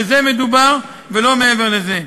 בזה מדובר ולא מעבר לזה.